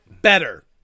Better